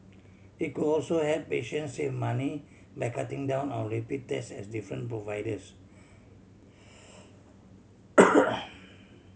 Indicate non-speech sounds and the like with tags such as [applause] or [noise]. it could also help patients save money by cutting down on repeat tests at different providers [noise]